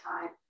time